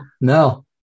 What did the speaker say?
no